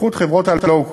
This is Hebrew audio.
בייחוד חברות ה-Low Cost,